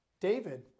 David